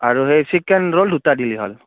আৰু সেই chicken roll দুটা দিলে হ'ল